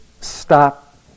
stop